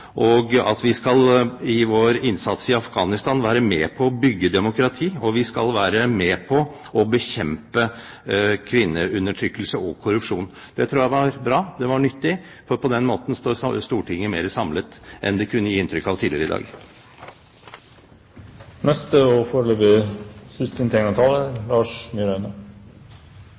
og at vi i vår innsats i Afghanistan skal være med på å bygge demokrati, og vi skal være med på å bekjempe kvinneundertrykkelse og korrupsjon. Det tror jeg var bra, og nyttig, for på den måten står Stortinget mer samlet enn det kunne gi inntrykk av tidligere i